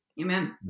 Amen